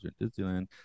Disneyland